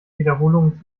wiederholungen